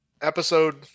episode